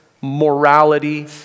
morality